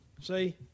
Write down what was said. See